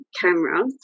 camera